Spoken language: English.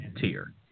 tier